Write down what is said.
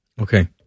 okay